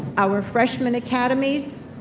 our freshman academies,